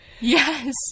Yes